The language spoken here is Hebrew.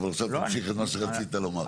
בנוסף תמשיך את מה שרצית לומר.